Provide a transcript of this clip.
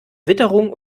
witterung